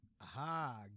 Aha